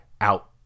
out